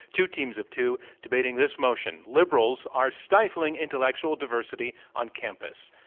two te ams of two debating this motion liberals are stifling intellectual diversity on campus.